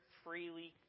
freely